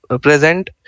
present